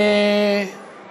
אני אבקש.